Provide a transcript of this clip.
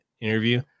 interview